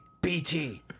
BT